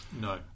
No